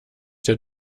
der